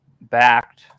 backed